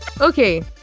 Okay